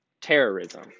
terrorism